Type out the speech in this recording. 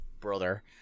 brother